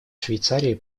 швейцарии